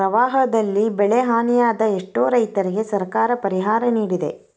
ಪ್ರವಾಹದಲ್ಲಿ ಬೆಳೆಹಾನಿಯಾದ ಎಷ್ಟೋ ರೈತರಿಗೆ ಸರ್ಕಾರ ಪರಿಹಾರ ನಿಡಿದೆ